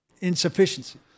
insufficiency